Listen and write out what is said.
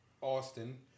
Austin